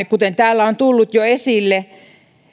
kuten täällä on tullut jo esille